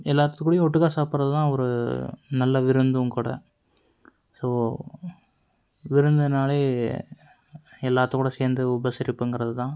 எல்லாேர்த்து கூடேயும் ஒட்டுக்காக சாப்பிட்றதுதான் ஒரு நல்ல விருந்தும் கூட ஸோ விருந்துனாலே எல்லாத்துக்கூட சேர்ந்து உபசரிப்புங்கிறதுதான்